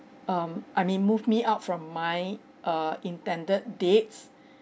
um I mean move me out from my err intended dates